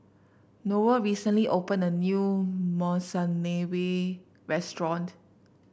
Roel recently opened a new Monsunabe restaurant